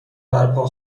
برپا